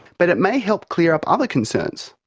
but it may help clear up other concerns.